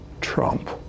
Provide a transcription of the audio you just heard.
Trump